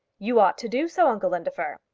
you ought to do so, uncle indefer.